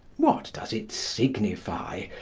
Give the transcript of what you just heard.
what does it signify?